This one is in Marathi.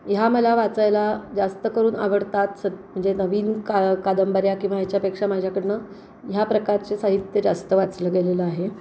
ह्या मला वाचायला जास्त करून आवडतात स म्हणजे नवीन का कादंबऱ्या किंवा ह्याच्यापेक्षा माझ्याकडून ह्या प्रकारचे साहित्य जास्त वाचलं गेलेलं आहे